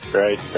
right